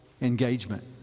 engagement